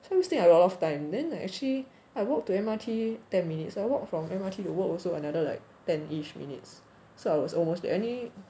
cause still have a lot of time then I actually I walk to M_R_T ten minutes I walk from M_R_T to work also another like ten-ish minutes so I was almost late any~